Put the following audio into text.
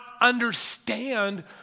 understand